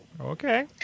Okay